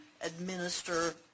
administer